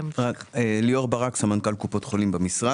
ליאור ברק סמנכ"ל קופות חולים במשרד,